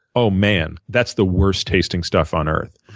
oh, man, that's the worst tasting stuff on earth.